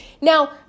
Now